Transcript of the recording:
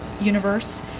universe